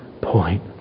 point